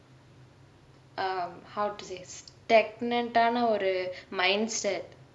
um how to say stagnant டான ஒரு:taana oru mindset